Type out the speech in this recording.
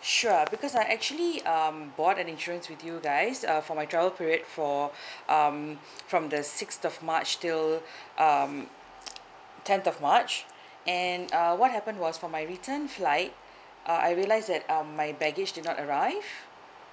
sure because I actually um bought an insurance with you guys uh for my travel period for um from the sixth of march till um tenth of march and uh what happened was for my return flight uh I realized that um my baggage did not arrive